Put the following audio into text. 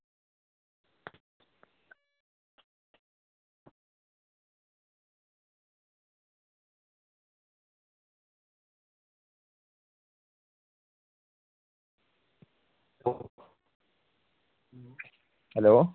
hello